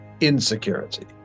insecurity